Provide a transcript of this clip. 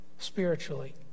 Spiritually